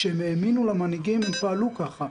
כשהם האמינו למנהיגים הם פעלו ככה.